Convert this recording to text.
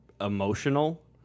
emotional